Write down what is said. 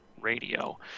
radio